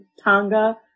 Tonga